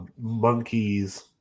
monkeys